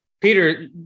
Peter